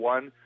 One